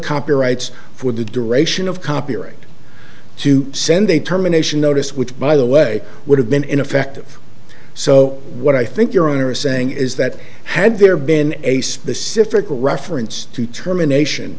copyrights for the duration of copyright to send they terminations notice which by the way would have been ineffective so what i think your honor is saying is that had there been a specific reference to termination